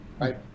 Right